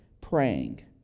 praying